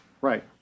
right